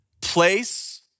place